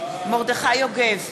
מרדכי יוגב,